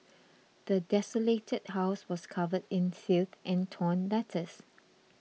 the desolated house was covered in filth and torn letters